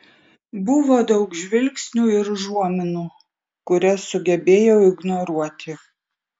buvo daug žvilgsnių ir užuominų kurias sugebėjau ignoruoti